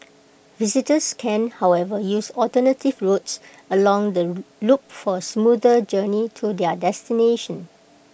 visitors can however use alternative routes along the loop for smoother journey to their destination